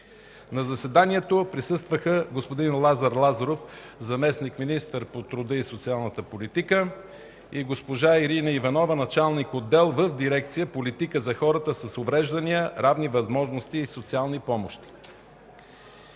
На заседанието присъстваха господин Лазар Лазаров – заместник-министър на труда и социалната политика, госпожа Ирина Иванова – началник отдел в дирекция „Политика за хората с увреждания, равни възможности и социални помощи”.